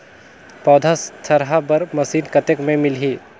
पौधा थरहा बर मशीन कतेक मे मिलही?